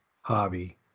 hobby